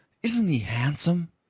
isn't he handsome?